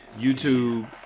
youtube